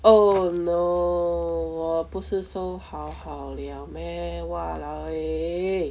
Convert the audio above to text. oh no 我不是收好好 liao meh !walao! eh